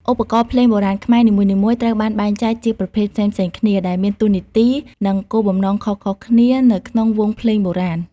ឧបករណ៍ភ្លេងបុរាណខ្មែរនីមួយៗត្រូវបានបែងចែកជាប្រភេទផ្សេងៗគ្នា ដែលមានតួនាទី និងគោលបំណងខុសៗគ្នានៅក្នុងវង់ភ្លេងបុរាណ។